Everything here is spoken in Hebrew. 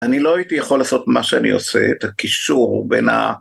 אני לא הייתי יכול לעשות מה שאני עושה את הקישור בין ה...